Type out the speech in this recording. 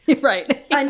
Right